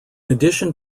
addition